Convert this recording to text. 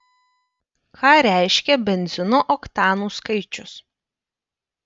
ką reiškia benzino oktanų skaičius